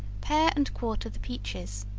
pare and quarter the peaches,